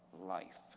life